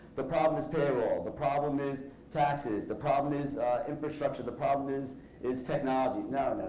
the problem is payroll. the problem is taxes. the problem is infrastructure. the problem is is technology. no,